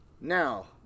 Now